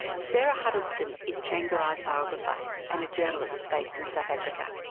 sarah huddleston is tsvangirai's biographer and a journalist based in south africa.